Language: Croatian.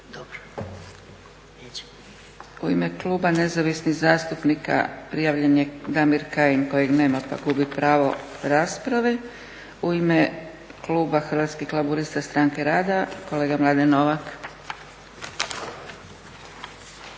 ga. U ime kluba Nezavisnih zastupnika prijavljen je Damir Kajin kojeg nema pa gubi pravo rasprave. U ime kluba Hrvatskih laburista-Stranke rada kolega Mladen Novak.